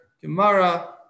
gemara